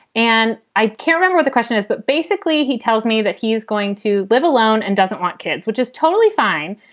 and i can remember the question is, but basically he tells me that he is going to live alone and doesn't want kids, which is totally fine,